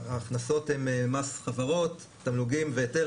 ההכנסות הן מס חברות, תמלוגים והיטל.